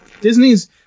Disney's